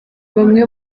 bamwe